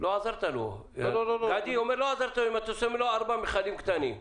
עזרת לו אם אתה מאפשר לו ארבעה מכלים קטנים.